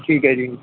ਠੀਕ ਹੈ ਜੀ